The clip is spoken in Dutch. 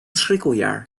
schrikkeljaar